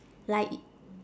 like